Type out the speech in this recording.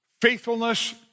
faithfulness